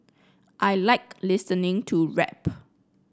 I like listening to rap